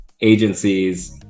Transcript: agencies